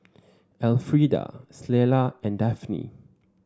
Elfrieda Clella and Daphne